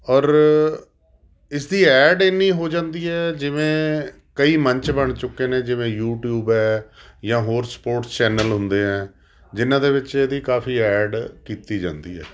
ਔਰ ਇਸਦੀ ਐਡ ਇੰਨੀ ਹੋ ਜਾਂਦੀ ਹੈ ਜਿਵੇਂ ਕਈ ਮੰਚ ਬਣ ਚੁੱਕੇ ਨੇ ਜਿਵੇਂ ਯੂਟੀਊਬ ਹੈ ਜਾਂ ਹੋਰ ਸਪੋਰਟਸ ਚੈਨਲ ਹੁੰਦੇ ਆ ਜਿਹਨਾਂ ਦੇ ਵਿੱਚ ਇਹਦੀ ਕਾਫੀ ਐਡ ਕੀਤੀ ਜਾਂਦੀ ਹੈ